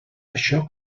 això